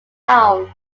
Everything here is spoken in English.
town